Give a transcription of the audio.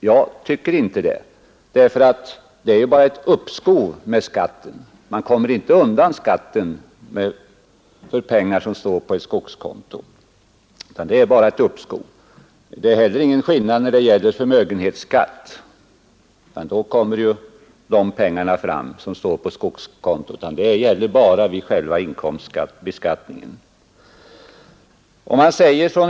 Jag tycker inte det, eftersom det ju bara är fråga om ett uppskov med skatten. Man kommer inte undan skatten för pengar som står på skogskonto. Det är inte heller någon skillnad när det gäller förmögenhetsskatten. Då kommer de pengar fram som står på skogskonto. Det är skillnad bara vid själva inkomstbeskattningen.